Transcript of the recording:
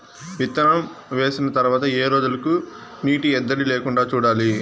విత్తనం వేసిన తర్వాత ఏ రోజులకు నీటి ఎద్దడి లేకుండా చూడాలి?